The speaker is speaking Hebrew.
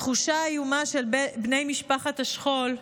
התחושה האיומה של בני משפחת השכול,